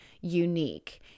unique